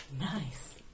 Nice